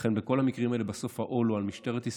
לכן, בכל המקרים האלה העול הוא על משטרת ישראל,